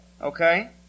Okay